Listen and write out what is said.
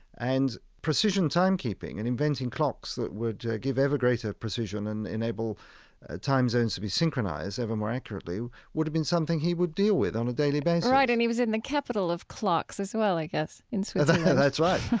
and precision timekeeping and inventing clocks that would give ever greater precision and enable time zones to be synchronized ever more accurately would have been something he would deal with on a daily basis right. and he was in the capital of clocks as well, i guess, in switzerland yeah that's right.